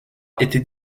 étaient